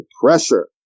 pressure